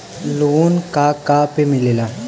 Loan का का पे मिलेला?